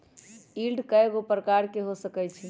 yield कयगो प्रकार के हो सकइ छइ